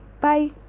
bye